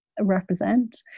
represent